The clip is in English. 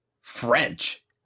French